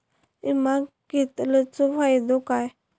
विमा घेतल्याचो फाईदो काय?